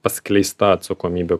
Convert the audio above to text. paskleista atsakomybė